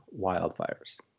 wildfires